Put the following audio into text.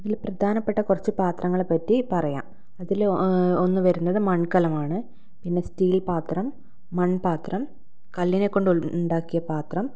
അതിൽ പ്രധാനപ്പെട്ട കുറച്ചു പാത്രങ്ങളെപ്പറ്റി പറയാം അതിൽ ഒന്ന് വരുന്നത് മൺകലമാണ് പിന്നെ സ്റ്റീൽ പാത്രം മൺപാത്രം കല്ലിനെ കൊണ്ടുണ്ടാക്കിയ പാത്രം